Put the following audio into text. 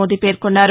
మోదీ పేర్కొన్నారు